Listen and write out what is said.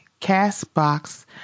Castbox